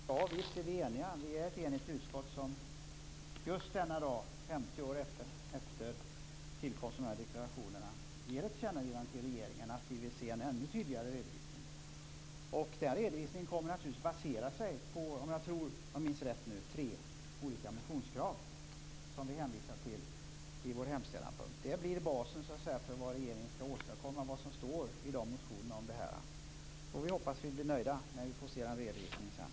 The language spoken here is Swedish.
Fru talman! Visst är vi eniga. Det är ett enigt utskott som just denna dag, 50 år efter tillkomsten av de här deklarationerna, ger ett tillkännagivande till regeringen att vi vill se en ännu tydligare redovisning. Den redovisningen kommer naturligtvis att basera sig på, om jag minns rätt, tre olika motionskrav som vi hänvisar till i vår hemställanspunkt. Det som står i motionerna om detta blir basen för vad regeringen skall åstadkomma. Vi får hoppas att vi blir nöjda när vi får se den redovisningen sedan.